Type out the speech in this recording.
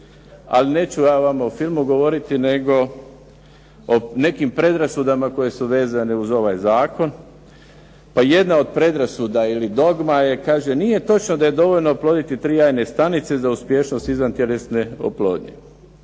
ali neću ja vama o filmu govoriti nego o nekim predrasudama koje su vezane uz ovaj zakon. Pa jedna od predrasuda ili dogma je, kaže nije točno da je dovoljno oploditi tri jajne stanice za uspješnost izvantjelesne oplodnje.